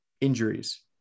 injuries